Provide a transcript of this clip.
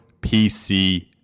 PC